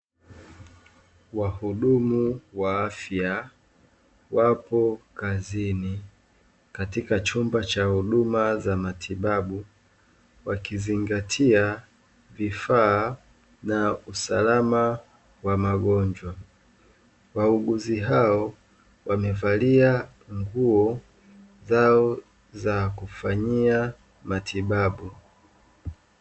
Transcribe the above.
Wahudumu wa afya wapo kazini katika chumba cha huduma za matibabu wakizingatia vifaa na usalama wa magonjwa. Wauguzi hao wamevalia nguo zao za kufanyia matibabu.